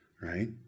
right